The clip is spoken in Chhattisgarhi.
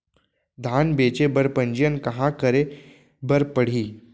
धान बेचे बर पंजीयन कहाँ करे बर पड़ही?